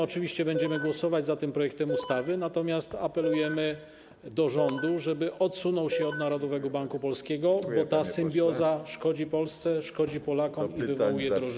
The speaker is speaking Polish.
Oczywiście będziemy głosować za projektem ustawy, natomiast apelujemy do rządu, żeby odsunął się od Narodowego Banku Polskiego, bo ta symbioza szkodzi Polsce i Polakom i wywołuję drożyznę.